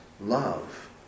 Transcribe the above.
love